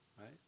right